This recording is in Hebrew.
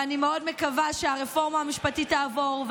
ואני מאוד מקווה שהרפורמה המשפטית תעבור,